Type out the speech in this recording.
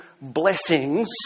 blessings